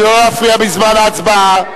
לא להפריע בזמן ההצבעה.